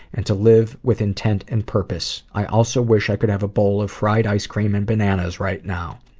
and to live with intent and purpose. i also wish i could have a bowl of fried ice cream and bananas right now.